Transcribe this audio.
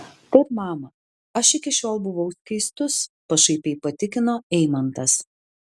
taip mama aš iki šiol buvau skaistus pašaipiai patikino eimantas